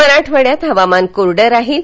मराठवाङ्यात हवामान कोरडं राहील